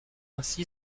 ainsi